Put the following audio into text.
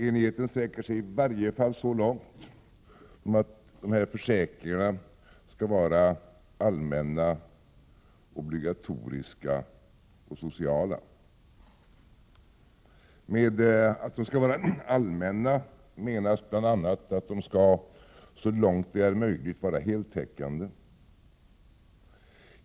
Enigheten sträcker sig i varje fall så långt som att dessa försäkringar skall vara allmänna, obligatoriska och sociala. Med att de skall vara allmänna menas bl.a. att de så långt det är möjligt skall vara heltäckande.